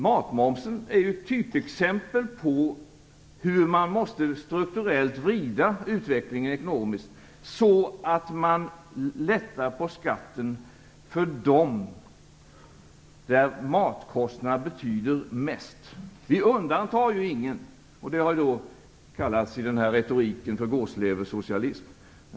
Matmomsen är ett typexempel på hur man strukturellt måste vrida den ekonomiska utvecklingen så att man lättar på skatten för dem som matkostnaderna betyder mest för. Vi undantar ju ingen. Det har kallats för gåsleversocialism i retoriken.